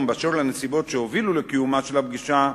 בדבר הנסיבות שהובילו לקיומה של הפגישה,